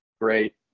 great